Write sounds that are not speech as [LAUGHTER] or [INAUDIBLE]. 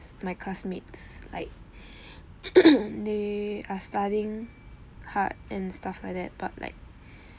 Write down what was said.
my classmates like [COUGHS] they are studying hard and stuff like that but like